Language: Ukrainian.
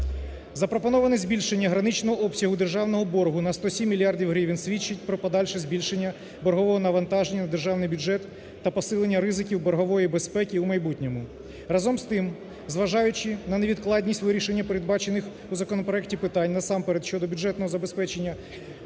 Запропоноване збільшення граничного обсягу державного боргу на 107 мільярдів гривень свідчить про подальше збільшення боргового навантаження у державний бюджет та посилення ризиків боргової безпеки у майбутньому. Разом з тим, зважаючи на невідкладність вирішення передбачених у законопроекті питань, насамперед щодо бюджетного забезпечення